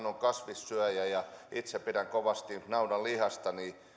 on kasvissyöjä ja kun itse pidän kovasti naudanlihasta niin